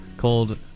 called